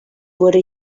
wurde